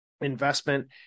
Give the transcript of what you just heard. investment